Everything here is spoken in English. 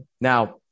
now